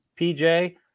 PJ